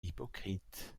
hypocrite